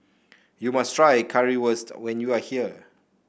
you must try Currywurst when you are here